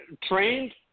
trained